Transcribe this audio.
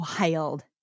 wild